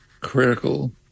critical